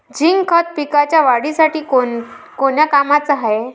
Zinc खत पिकाच्या वाढीसाठी कोन्या कामाचं हाये?